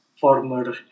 former